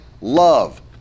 love